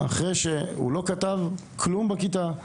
אחרי שהוא לא היה כותב כלום בכיתה,